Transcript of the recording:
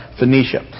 Phoenicia